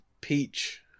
peach